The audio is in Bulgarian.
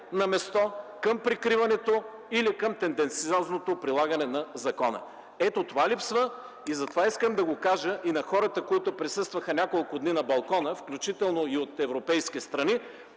на място, към прикриването или към тенденциозното прилагане на закона. Ето това липсва. Затова искам да го кажа и на хората, които присъстваха няколко дни на балкона, включително и от европейски страни,